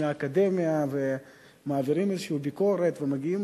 מהאקדמיה ומעבירים איזושהי ביקורת ומגיעים